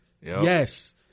Yes